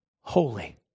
holy